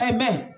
Amen